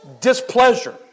displeasure